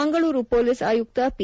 Mangaluru police ಆಯುಕ್ತ P